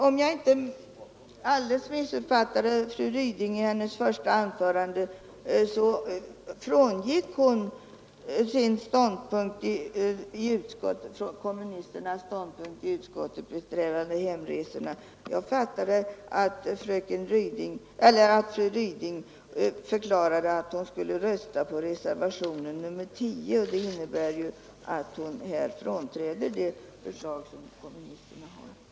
Om jag sedan inte helt missuppfattade fru Ryding, så frångick hon i sitt anförande den ståndpunkt som kommunisterna intagit i utskottet när det gäller hemresorna. Jag uppfattade fru Ryding så att hon skulle komma att rösta för reservationen 10, och det innebär i så fall att hon frånträder det förslag som kommunisterna har lagt.